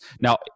Now